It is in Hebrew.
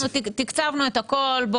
תקצבנו הכול.